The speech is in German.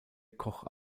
koch